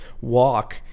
walk